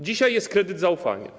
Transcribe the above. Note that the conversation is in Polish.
Dzisiaj jest kredyt zaufania.